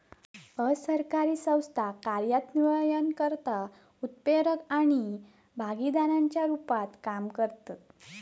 असरकारी संस्था कार्यान्वयनकर्ता, उत्प्रेरक आणि भागीदाराच्या रुपात काम करतत